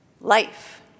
life